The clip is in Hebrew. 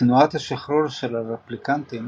תנועת השחרור של הרפליקנטים